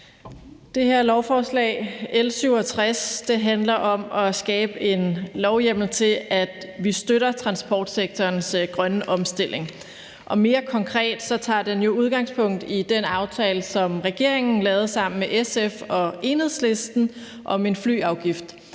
Det her lovforslag, L 67, handler om at skabe en lovhjemmel til, at vi støtter transportsektorens grønne omstilling. Mere konkret tager det jo udgangspunkt i den aftale, som regeringen lavede sammen med SF og Enhedslisten om en flyafgift.